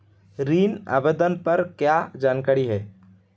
ऋण आवेदन पर क्या जानकारी है?